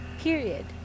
period